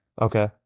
Okay